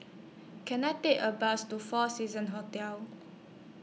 Can I Take A Bus to four Seasons Hotel